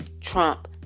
Trump